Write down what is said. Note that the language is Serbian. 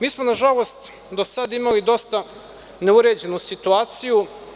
Mi smo, nažalost, do sada imali dosta neuređenu situaciju.